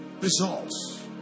Results